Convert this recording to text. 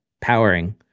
powering